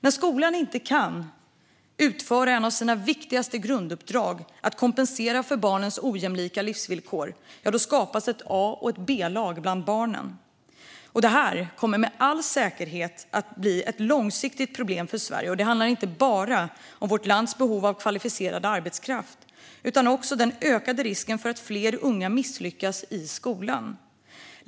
När skolan inte kan utföra ett av sina viktigaste grunduppdrag, att kompensera för barnens ojämlika livsvillkor, skapas ett A och ett B-lag bland barnen. Detta kommer med all säkerhet att bli ett långsiktigt problem för Sverige. Det handlar inte bara om vårt lands behov av kvalificerad arbetskraft, utan också om den ökade risken för att fler unga misslyckas i skolan.